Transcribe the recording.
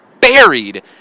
buried